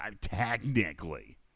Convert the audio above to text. Technically